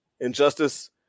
injustice